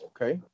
Okay